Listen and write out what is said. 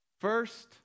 First